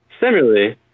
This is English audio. Similarly